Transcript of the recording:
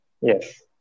Yes